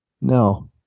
No